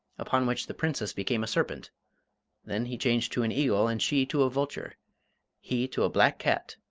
upon which the princess became a serpent then he changed to an eagle, and she to a vulture he to a black cat,